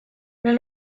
lan